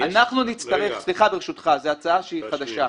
יש --- סליחה, זו הצעה חדשה.